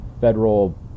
federal